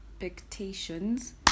expectations